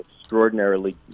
extraordinarily